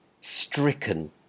stricken